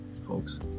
folks